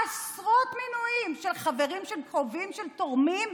עשרות מינויים של חברים שהם קרובים, שהם תורמים,